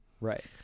Right